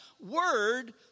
word